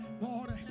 Lord